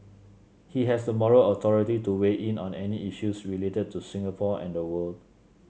he has the moral authority to weigh in on any issues related to Singapore and the world